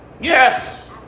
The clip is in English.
Yes